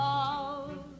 Love